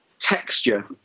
texture